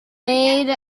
made